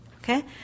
Okay